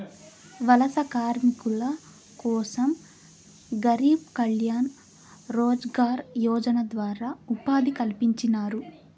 వలస కార్మికుల కోసం గరీబ్ కళ్యాణ్ రోజ్గార్ యోజన ద్వారా ఉపాధి కల్పించినారు